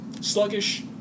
sluggish